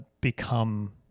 become